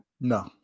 No